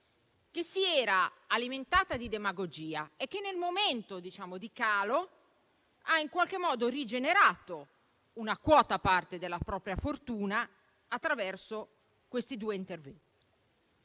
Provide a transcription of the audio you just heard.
che si era alimentata di demagogia e che, nel momento di calo, ha in qualche modo rigenerato una quota parte della propria fortuna attraverso questi due interventi.